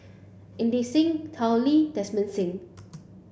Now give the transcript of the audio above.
Inderjit Singh Tao Li Desmond Sim